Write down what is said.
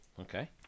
Okay